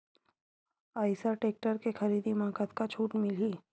Eicher tractor के खरीदी म कतका छूट मिलही?